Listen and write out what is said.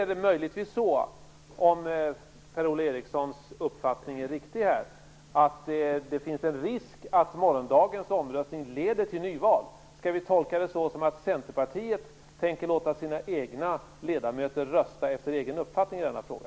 Är det möjligtvis så, om Per-Ola Erikssons uppfattning är riktig, att det finns en risk för att morgondagens omröstning leder till nyval? Skall vi tolka det så, att Centerpartiet tänker låta sina medlemmar rösta efter egen uppfattning i denna fråga?